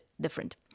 different